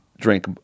drink